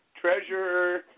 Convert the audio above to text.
treasurer